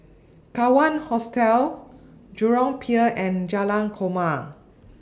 Kawan Hostel Jurong Pier and Jalan Korma